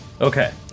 Okay